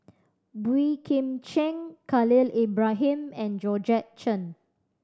Boey Kim Cheng Khalil Ibrahim and Georgette Chen